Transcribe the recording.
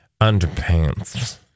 underpants